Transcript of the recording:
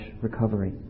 recovery